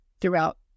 throughout